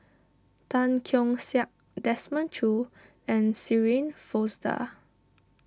Tan Keong Saik Desmond Choo and Shirin Fozdar